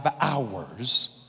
hours